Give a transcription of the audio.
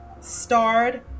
starred